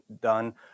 done